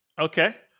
Okay